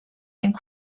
and